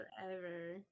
forever